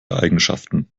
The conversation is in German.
eigenschaften